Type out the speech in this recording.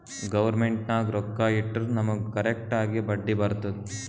government ನಾಗ್ ರೊಕ್ಕಾ ಇಟ್ಟುರ್ ನಮುಗ್ ಕರೆಕ್ಟ್ ಆಗಿ ಬಡ್ಡಿ ಬರ್ತುದ್